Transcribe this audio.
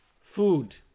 Food